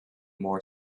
more